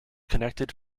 connected